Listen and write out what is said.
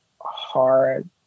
hard